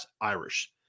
Irish